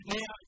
Now